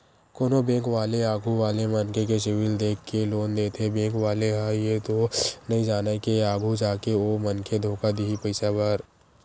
कोनो बेंक वाले आघू वाले मनखे के सिविल देख के लोन देथे बेंक वाले ह ये तो नइ जानय के आघु जाके ओ मनखे धोखा दिही पइसा बर